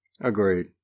Agreed